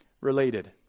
related